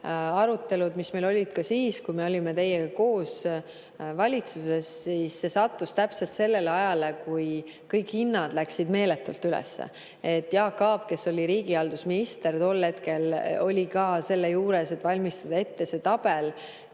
Arutelud, mis meil olid ka siis, kui me olime teiega koos valitsuses, sattusid täpselt sellele ajale, kui kõik hinnad läksid meeletult üles. Jaak Aab, kes oli riigihalduse minister, oli tol hetkel ka sellel arvamusel, et valmistada ette tabel